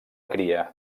cria